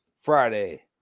Friday